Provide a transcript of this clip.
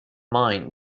mind